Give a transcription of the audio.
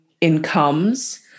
incomes